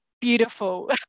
beautiful